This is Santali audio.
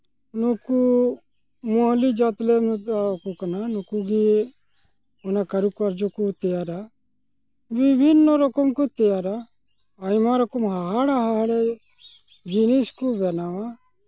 ᱱᱩᱠᱩ ᱢᱳᱣᱞᱤ ᱡᱟᱹᱛᱞᱮ ᱢᱮᱛᱟᱠᱚ ᱠᱟᱱᱟ ᱱᱩᱠᱩᱜᱮ ᱚᱱᱟ ᱠᱟᱨᱩᱠᱟᱨᱡᱚ ᱠᱚ ᱛᱮᱭᱟᱨᱟ ᱵᱤᱵᱷᱤᱱᱱᱚ ᱨᱚᱠᱚᱢ ᱠᱚ ᱛᱮᱭᱟᱨᱟ ᱟᱭᱢᱟ ᱨᱚᱠᱚᱢ ᱦᱟᱦᱟᱲᱟᱼᱦᱟᱦᱟᱲᱟ ᱡᱤᱱᱤᱥ ᱠᱚ ᱵᱮᱱᱟᱣᱟ